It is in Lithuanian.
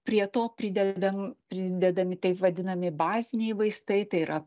prie to pridedam pridedami taip vadinami baziniai vaistai tai yra